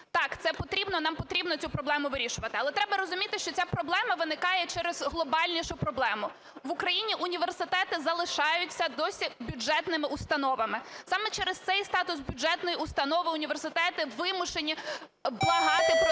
нам потрібно цю проблему вирішувати. Але треба розуміти, що ця проблема виникає через глобальнішу проблему. В Україні університети залишаються досі бюджетними установами. Саме через цей статус бюджетної установи університети вимушені благати про те,